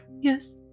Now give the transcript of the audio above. Yes